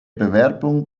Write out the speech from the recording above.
bewerbung